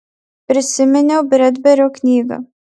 prisiminiau bredberio knygą